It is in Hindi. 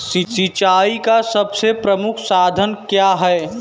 सिंचाई का सबसे प्रमुख साधन क्या है?